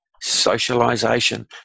socialization